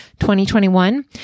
2021